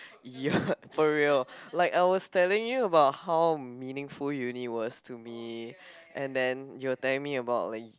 ya for real like I was telling you about how meaningful uni was to me and then you're telling me about like